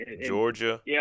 Georgia